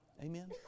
Amen